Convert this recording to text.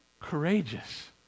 courageous